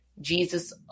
Jesus